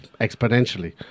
exponentially